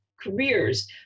careers